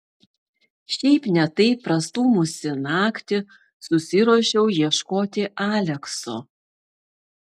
šiaip ne taip prastūmusi naktį susiruošiau ieškoti alekso